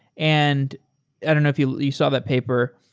and i don't know if you you saw that paper,